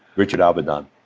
richard avedon,